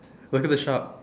look at the shop